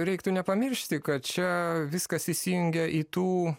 reiktų nepamiršti kad čia viskas įsijungia į tų